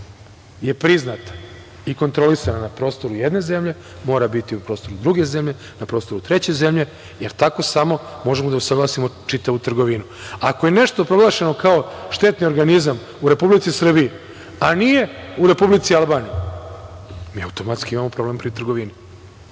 priznata i kontrolisana na prostoru jedne zemlje, mora biti i na prostoru druge zemlje, na prostoru treće zemlje, jer samo tako možemo da usaglasimo čitavu trgovinu. Ako je nešto proglašeno kao štetni organizam u Republici Srbiji, a nije u Republici Albaniji, mi automatski imamo problem pri trgovini.